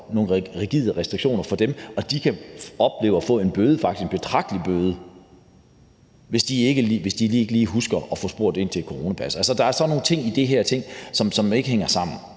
nogle rigide restriktioner for dem, og at de kan opleve at få en bøde, faktisk en betragtelig bøde, hvis de ikke lige husker at få spurgt ind til et coronapas. Der er nogle ting i det her, som ikke hænger sammen,